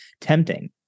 tempting